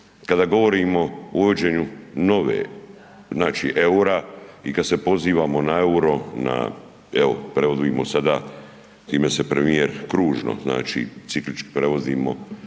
kada govorimo o uvođenju nove znači EUR-a i kad se pozivamo na EUR-o na evo predvodimo sada time se premijer kružno, znači ciklički predvodimo